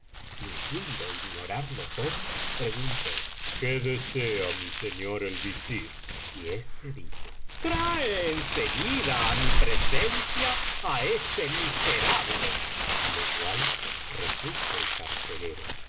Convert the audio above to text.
fingiendo ignorarlo todo preguntó qué desea mi señor el visir y éste elijo trae en seguida á mi presencia á ese miserable á lo cual repuso el carcelero